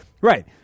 Right